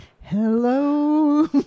Hello